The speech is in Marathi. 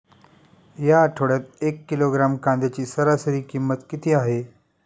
या आठवड्यात एक किलोग्रॅम कांद्याची सरासरी किंमत किती आहे?